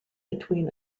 between